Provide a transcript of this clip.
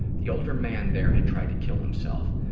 the older man there had tried to kill himself,